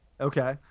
Okay